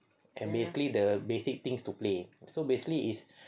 and basically the basic things to play so basically is